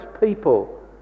people